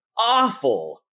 awful